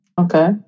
Okay